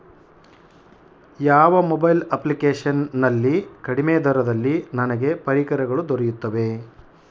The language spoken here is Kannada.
ಯಾವ ಮೊಬೈಲ್ ಅಪ್ಲಿಕೇಶನ್ ನಲ್ಲಿ ಕಡಿಮೆ ದರದಲ್ಲಿ ನನಗೆ ಪರಿಕರಗಳು ದೊರೆಯುತ್ತವೆ?